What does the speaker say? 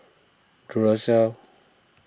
Duracell